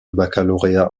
baccalauréat